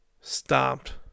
stomped